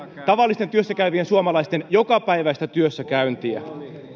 tavallisten työssäkäyvien suomalaisten jokapäiväistä työssäkäyntiä